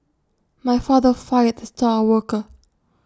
my father fired the star worker